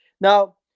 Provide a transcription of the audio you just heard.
Now